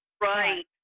Right